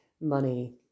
money